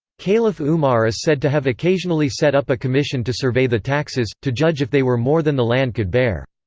caliph umar is said to have occasionally set up a commission to survey the taxes, to judge if they were more than the land could bear.